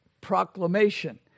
proclamation